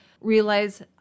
realize